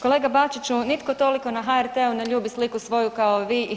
Kolega Bačiću, nitko toliko na HRT-u ne ljubi sliku svoju kao vi i HDZ.